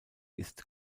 ist